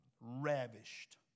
Ravished